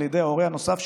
על ידי ההורה הנוסף,